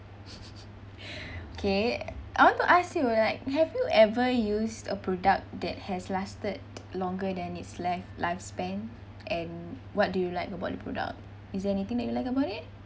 okay I want to ask you like have you ever used a product that has lasted longer than its length lifespan and what do you like about the product is there anything that you like about it